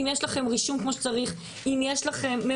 אם יש לכם רישום כמו שצריך,